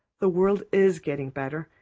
the world is getting better.